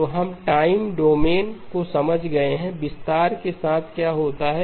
तो हम टाइमडोमेन को समझ गए हैं विस्तार के साथ क्या होता है